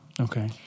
Okay